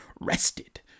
rested